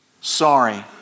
sorry